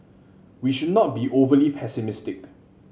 we should not be overly pessimistic